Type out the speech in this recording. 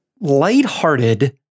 lighthearted